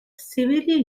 severely